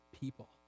people